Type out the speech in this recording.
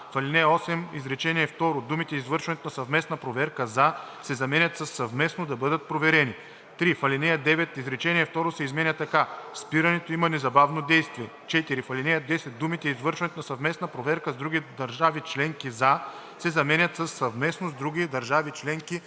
ал. 8, изречение второ думите „извършването на съвместна проверка за“ се заменят със „съвместно да бъдат проверени“. 3. В ал. 9 изречение второ се изменя така: „Спирането има незабавно действие.“ 4. В ал. 10 думите „извършването на съвместна проверка с други държави членки за“ се заменят със „съвместно с други държави членки да